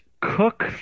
Cook